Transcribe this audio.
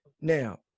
Now